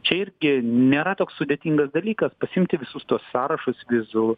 čia irgi nėra toks sudėtingas dalykas pasiimti visus tuos sąrašus vizų